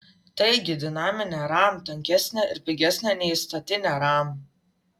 taigi dinaminė ram tankesnė ir pigesnė nei statinė ram